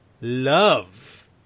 love